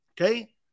Okay